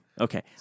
Okay